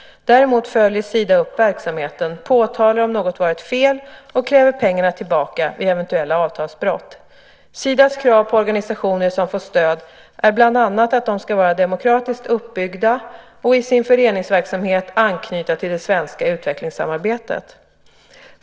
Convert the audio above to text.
Däremot följer Sida upp verksamheten, påtalar om något varit fel och kräver pengarna tillbaka vid eventuella avtalsbrott. Sidas krav på organisationer som får stöd är bland annat att de ska vara demokratiskt uppbyggda och i sin föreningsverksamhet anknyta till det svenska utvecklingssamarbetet.